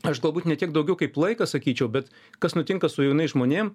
aš galbūt ne tiek daugiau kaip laiką sakyčiau bet kas nutinka su jaunais žmonėm